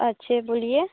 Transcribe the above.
अच्छे बोलिए